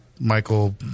Michael